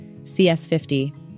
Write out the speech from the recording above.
CS50